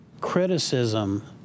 criticism